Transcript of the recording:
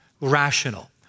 rational